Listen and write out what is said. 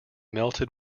melted